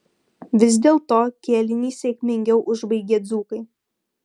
vis dėlto kėlinį sėkmingiau užbaigė dzūkai